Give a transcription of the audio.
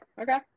Okay